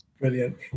brilliant